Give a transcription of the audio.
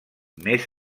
més